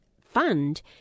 fund